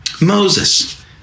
Moses